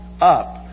up